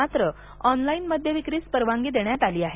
मात्र ऑनलाईन मद्यविक्रीस परवानगी देण्यात आली आहे